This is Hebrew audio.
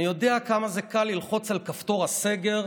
אני יודע כמה זה קל ללחוץ על כפתור הסגר,